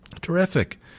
terrific